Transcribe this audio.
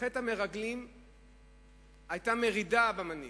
בחטא המרגלים היתה מרידה במנהיג.